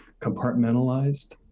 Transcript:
compartmentalized